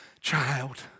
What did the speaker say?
Child